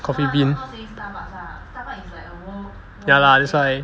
Coffee Bean ya lah that's why